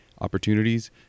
opportunities